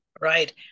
Right